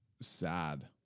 sad